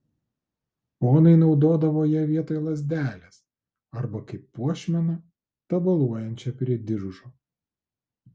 ponai naudodavo ją vietoj lazdelės arba kaip puošmeną tabaluojančią prie diržo